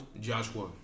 Joshua